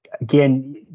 again